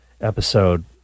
episode